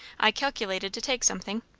i calculated to take something.